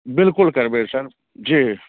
बिलकुल करबै सर जी